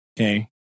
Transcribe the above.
Okay